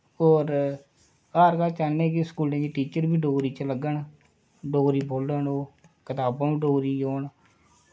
होर हर चाह्नें की टीचर बी डोगरी च लग्गन डोगरी बोलन ओह् कताबां बी डोगरी ई औन